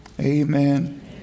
Amen